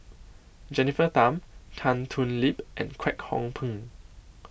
Jennifer Tham Tan Thoon Lip and Kwek Hong Png